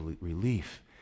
relief